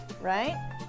right